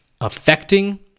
affecting